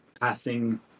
passing